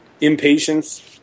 Impatience